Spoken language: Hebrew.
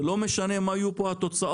ולא משנה מה יהיו פה התוצאות.